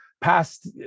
past